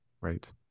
Right